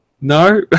No